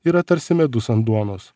yra tarsi medus ant duonos